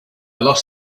lost